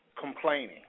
complaining